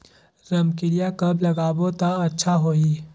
रमकेलिया कब लगाबो ता अच्छा होही?